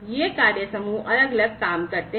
ये कार्य समूह अलग अलग काम करते हैं